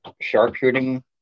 sharpshooting